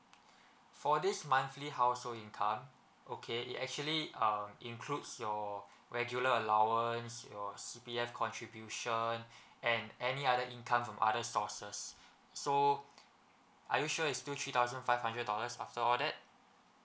for this monthly household income okay it actually um includes your regular allowance your C_P_F contribution and any other income from other sources so are you sure is still three thousand five hundred dollars after all that